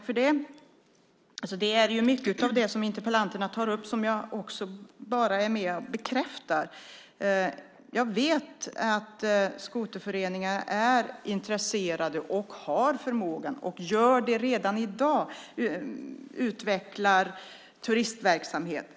Fru talman! Det är mycket av det som interpellanterna tar upp som jag bekräftar. Jag vet att skoterföreningar är intresserade och har förmågan att utveckla turistverksamhet och att de gör det redan i dag.